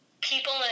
people